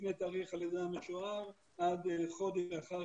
לפני תאריך הלידה המשוער עד חודש לאחר